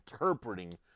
interpreting